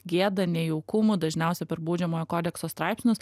geda nejaukumu dažniausia per baudžiamojo kodekso straipsnius